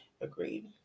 Agreed